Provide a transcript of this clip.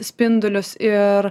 spindulius ir